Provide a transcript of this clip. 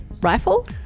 rifle